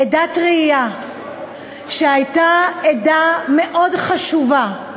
עדת ראייה, שהייתה עדה מאוד חשובה,